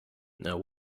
now